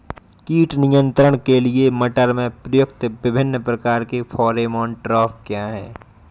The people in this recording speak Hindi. कीट नियंत्रण के लिए मटर में प्रयुक्त विभिन्न प्रकार के फेरोमोन ट्रैप क्या है?